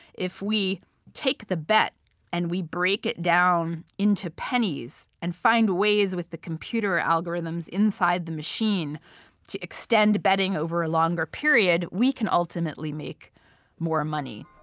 if we take the bet and we break it down into pennies and find ways with the computer algorithms inside the machine to extend the betting over a longer period, we can ultimately make more money.